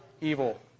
evil